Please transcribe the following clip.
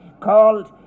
called